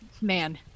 man